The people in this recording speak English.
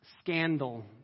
Scandal